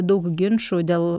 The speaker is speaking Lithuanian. daug ginčų dėl